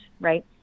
right